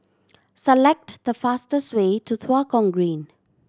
select the fastest way to Tua Kong Green